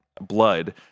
blood